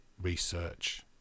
Research